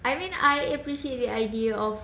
I mean I appreciate the idea of